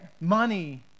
Money